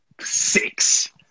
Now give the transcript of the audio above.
six